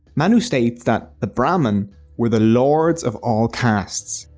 manu states that the brahmin were the lords of all castes.